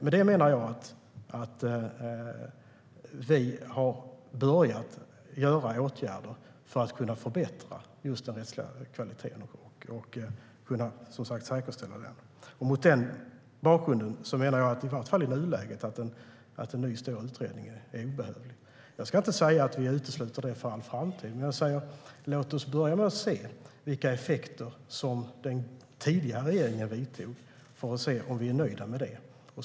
Med det menar jag att vi har börjat vidta åtgärder för att kunna förbättra just den rättsliga kvaliteten och säkerställa den. Mot den bakgrunden menar jag att en ny, stor utredning i varje fall i nuläget är obehövlig. Jag ska inte säga att vi utesluter detta för all framtid, men jag säger att vi ska börja med att se vad de åtgärder den tidigare regeringen vidtog har haft för effekter. Vi får se om vi är nöjda med det.